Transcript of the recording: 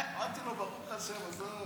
אמרתי לו: ברוך השם, עזוב.